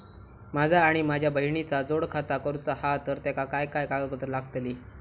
माझा आणि माझ्या बहिणीचा जोड खाता करूचा हा तर तेका काय काय कागदपत्र लागतली?